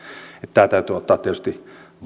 täytyy ottaa tietysti